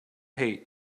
hate